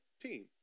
team